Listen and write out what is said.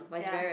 ya